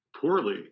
poorly